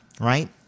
right